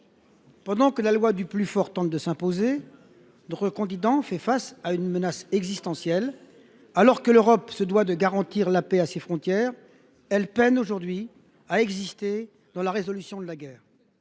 Pendant que la loi du plus fort tente de s’imposer, notre continent fait face à une menace existentielle. Alors que l’Europe se doit de garantir la paix à ses frontières, elle peine, aujourd’hui, à exister dans la résolution de la guerre.